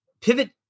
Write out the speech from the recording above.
pivot